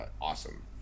awesome